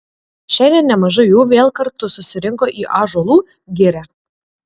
šiandien nemažai jų vėl kartu susirinko į ąžuolų girią